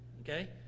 okay